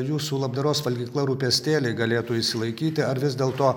jūsų labdaros valgykla rūpestėliai galėtų išsilaikyti ar vis dėlto